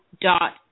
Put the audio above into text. dot